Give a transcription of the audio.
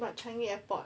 but changi airport